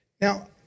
Now